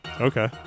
Okay